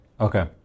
Okay